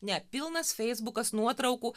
ne pilnas feisbukas nuotraukų